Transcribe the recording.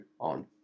on